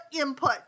input